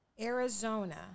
Arizona